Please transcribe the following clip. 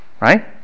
Right